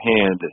hand